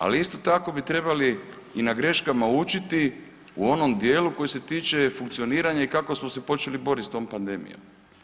Ali isto tako bi trebali i na greškama učiti u onom dijelu koji se tiče funkcioniranja i kako smo se počeli boriti sa tom pandemijom.